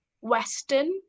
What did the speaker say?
Western